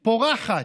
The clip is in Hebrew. פורחת.